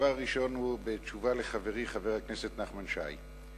הדבר הראשון הוא בתשובה לחברי חבר הכנסת נחמן שי: